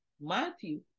Matthew